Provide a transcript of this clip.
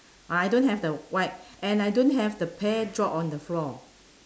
I don't have the white and I don't have the pear drop on the floor